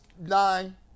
nine